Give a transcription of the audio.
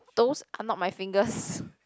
those are not my fingers